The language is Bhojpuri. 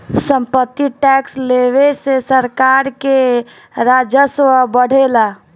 सम्पत्ति टैक्स लेवे से सरकार के राजस्व बढ़ेला